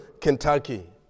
Kentucky